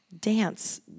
dance